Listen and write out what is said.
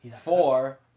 Four